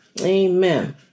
Amen